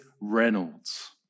Reynolds